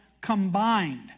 combined